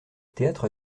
théâtre